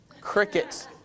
Crickets